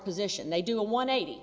position they do a one eighty